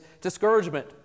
discouragement